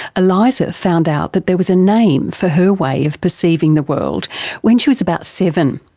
eliza found out that there was a name for her way of perceiving the world when she was about seven.